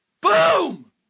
Boom